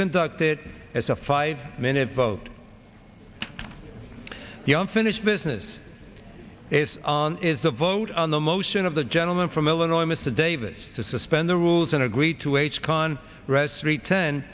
conducted as a five minute vote the unfinished business is is a vote on the motion of the gentleman from illinois mr davis to suspend the rules and agree to h can rest return